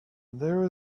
there